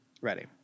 Ready